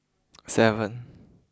seven